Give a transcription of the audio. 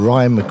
Ryan